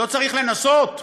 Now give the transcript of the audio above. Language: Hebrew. לא צריך לנסות.